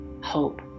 hope